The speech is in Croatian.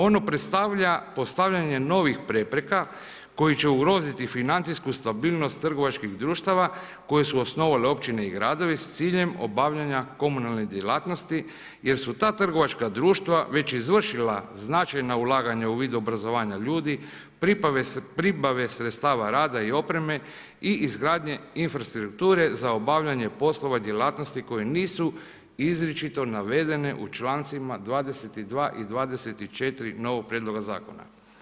Ono predstavlja postavljanje novih prepreka koji će ugroziti financijsku stabilnost trgovačkih društava koji su osnovali općine i gradovi s ciljem obavljanja komunalnih djelatnosti, jer su ta trgovačka društva, već izvršila značajna ulaganja u vidu obrazovanja ljudi, pribave sredstava rada i opreme i izgradnje infrastrukture, za obavljanje poslova djelatnosti koji nisu izričito navedeno u člancima 22. i 24. novog prijedloga zakona.